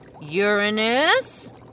Uranus